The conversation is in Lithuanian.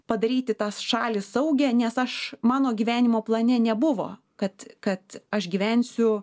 padaryti tą šalį saugią nes aš mano gyvenimo plane nebuvo kad kad aš gyvensiu